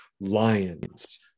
lions